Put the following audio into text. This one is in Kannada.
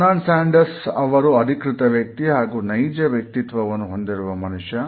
ಬರ್ನಾರ್ಡ್ ಸ್ಯಾಂಡರ್ಸ್ ಅವರು ಅಧಿಕೃತ ವ್ಯಕ್ತಿ ಹಾಗೂ ನೈಜ ವ್ಯಕ್ತಿತ್ವವನ್ನು ಹೊಂದಿರುವ ಮನುಷ್ಯ